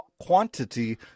quantity